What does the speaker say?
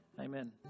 Amen